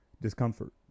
discomfort